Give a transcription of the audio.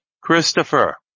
Christopher